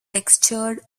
textured